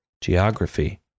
Geography